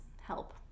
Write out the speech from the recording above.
help